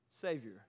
Savior